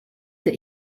that